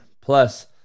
plus